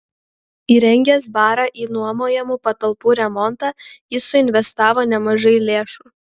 įrengęs barą į nuomojamų patalpų remontą jis suinvestavo nemažai lėšų